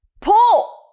pull